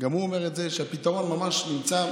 גם הוא אומר את זה, שהפתרון ממש נמצא,